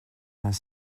vingt